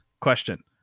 Question